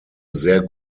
sehr